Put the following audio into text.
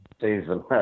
season